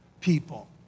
people